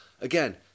Again